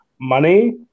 money